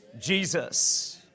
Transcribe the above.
Jesus